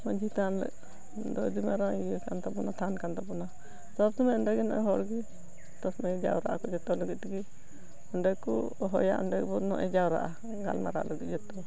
ᱢᱟᱹᱡᱷᱤ ᱛᱷᱟᱱ ᱫᱚ ᱟᱹᱰᱤ ᱢᱟᱨᱟᱝ ᱤᱭᱟᱹ ᱠᱟᱱ ᱛᱟᱵᱚᱱᱟ ᱛᱷᱟᱱ ᱠᱟᱱ ᱛᱟᱵᱚᱱᱟ ᱚᱱᱟ ᱥᱚᱵᱽᱥᱳᱢᱳᱭ ᱚᱸᱰᱮ ᱜᱮ ᱦᱚᱲ ᱜᱮ ᱥᱳᱵᱽᱥᱳᱢᱳᱭ ᱡᱟᱣᱨᱟᱜ ᱟᱠᱚ ᱡᱚᱛᱚ ᱞᱟᱹᱜᱤᱫ ᱛᱮᱜᱮ ᱚᱸᱰᱮ ᱠᱚ ᱦᱚᱦᱚᱭᱟ ᱚᱸᱰᱮ ᱜᱮᱵᱚᱱ ᱡᱟᱣᱨᱟᱜᱼᱟ ᱜᱟᱞᱢᱟᱨᱟᱜ ᱞᱟᱹᱜᱤᱫ ᱡᱚᱛᱚ